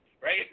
right